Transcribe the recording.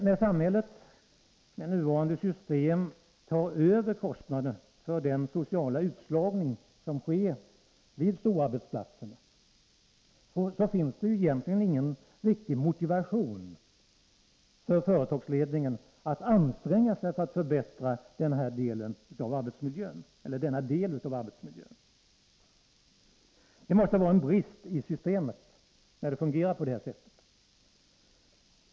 När samhället med nuvarande system tar över kostnaderna för den sociala utslagning som sker vid storarbetsplatserna finns det egentligen ingen riktig motivation för företagsledningen att anstränga sig för att förbättra denna del av arbetsmiljön. Det måste vara en brist i systemet när det fungerar på det sättet.